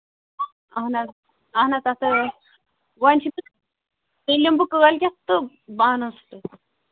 اَہَن حظ اَہَن حظ تَتھ ہَے ٲس وۅںۍ چھُ تیلہِ یِمہٕ بہٕ کٲلۍکیٚتھ تہٕ بہٕ اَنو سۭتۍ